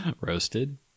Roasted